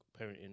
parenting